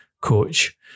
coach